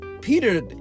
Peter